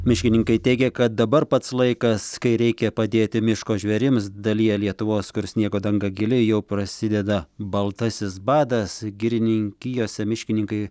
miškininkai teigia kad dabar pats laikas kai reikia padėti miško žvėrims dalyje lietuvos kur sniego danga gili jau prasideda baltasis badas girininkijose miškininkai